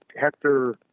Hector